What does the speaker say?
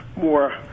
more